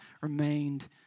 remained